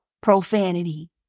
profanity